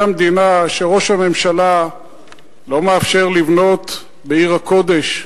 המדינה שראש הממשלה לא מאפשר לבנות בעיר הקודש,